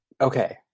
Okay